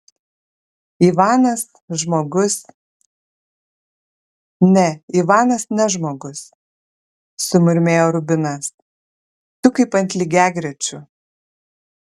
ivanas žmogus ne ivanas ne žmogus sumurmėjo rubinas tu kaip ant lygiagrečių